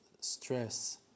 ...stress